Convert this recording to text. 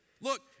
Look